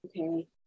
okay